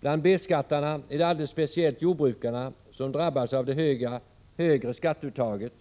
Bland B-skattarna är det alldeles speciellt jordbrukarna som har drabbats av det högre skatteuttaget,